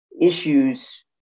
issues